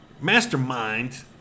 Mastermind